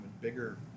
bigger